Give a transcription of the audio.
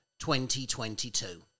2022